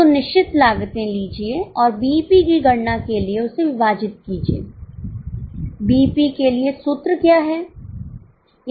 तो निश्चित लागते लीजिए और बीईपी की गणना के लिए उसे विभाजित कीजिए बीईपी के लिए सूत्र क्या है